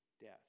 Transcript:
death